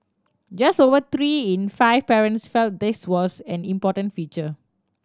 just over three in five parents felt this was an important feature